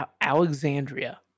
Alexandria